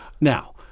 now